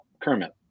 Kermit